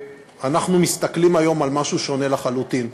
אנחנו מסתכלים היום על משהו שונה לחלוטין.